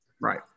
Right